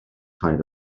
tair